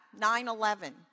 9-11